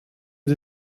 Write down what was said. die